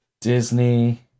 Disney